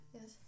Yes